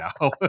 now